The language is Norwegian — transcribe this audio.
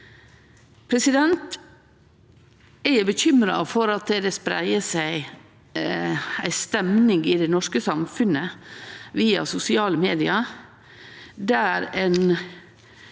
spørsmåla. Eg er bekymra for at det spreier seg ei stemning i det norske samfunnet via sosiale medium der ein